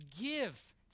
give